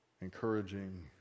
encouraging